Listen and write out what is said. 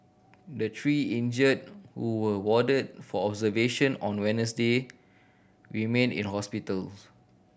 the three injured who were warded for observation on Wednesday remain in hospitals